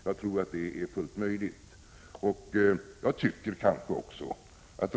Jag tror det är fullt möjligt.